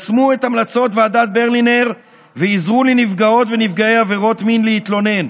ישמו את המלצות ועדת ברלינר ועזרו לנפגעות ולנפגעי עבירות מין להתלונן.